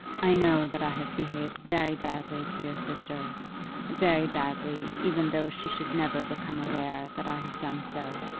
i know that i have behaved very badly to your sister very badly, even though she should never become aware that i have done so.